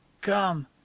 Come